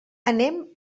anem